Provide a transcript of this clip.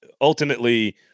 ultimately –